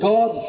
God